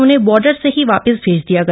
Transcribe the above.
उन्हें बॉर्डर से ही वाप्रस भेज दिया गया